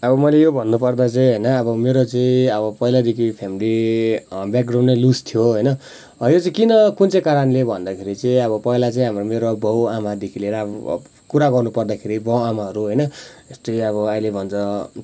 अब मैले यो भन्नुपर्दा चाहिँ होइन अब मेरो चाहिँ अब पहिल्यैदेखि फेमिली ब्याकग्राउन्डै लुज थियो होइन यो चाहिँ किन कुन चाहिँ कारणले भन्दाखेरि चाहिँ अब पहिला चाहिँ अब मेरो बाउ आमादेखि लिएर अब कुरा गर्नु पर्दाखेरि बाउ आमाहरू होइन यस्तै अब अहिले भन्छ